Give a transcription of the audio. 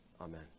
Amen